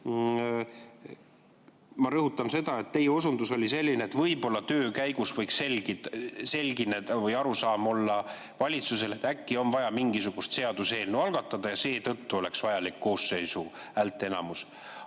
ma rõhutan: teie osundus oli selline, et võib-olla töö käigus võiks selgineda või valitsusel tulla arusaam, et äkki on vaja mingisugust seaduseelnõu algatada ja seetõttu oleks vajalik koosseisu häälteenamus.